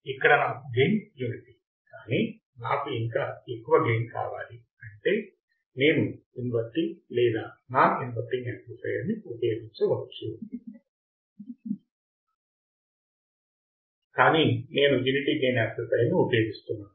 ఇక్కడ నాకు gain unity కానీ నాకు ఇంకా ఎక్కువ గెయిన్ కావాలి అంటే నేను ఇన్వర్టింగ్ లేదా నాన్ ఇన్వర్టింగ్ యామ్ప్లిఫయర్ ని ఉపయోగించవచ్చు కానీ నేను యూనిటీ గెయిన్ యామ్ప్లిఫయర్ ని ఉపయోగిస్తున్నాను